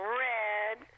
red